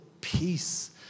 peace